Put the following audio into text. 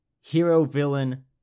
hero-villain